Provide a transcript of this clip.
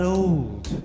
old